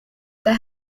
there